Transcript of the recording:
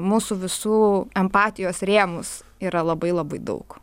mūsų visų empatijos rėmus yra labai labai daug